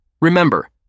Remember